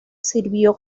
sirvió